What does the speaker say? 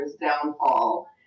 downfall